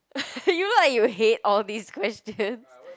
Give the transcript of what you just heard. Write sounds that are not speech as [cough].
[laughs] you look like you hate all these questions